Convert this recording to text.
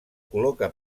col·loca